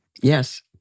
Yes